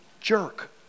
jerk